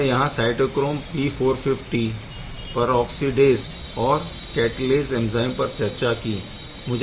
हमने यहाँ cytochrome P450 peroxidase और कैटालेस एंज़ाइम पर चर्चा की